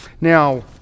Now